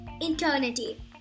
eternity